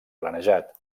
planejat